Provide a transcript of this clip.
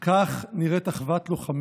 כך נראית דבקות במשימה, כך נראית אחוות לוחמים.